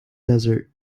desert